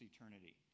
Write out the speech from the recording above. eternity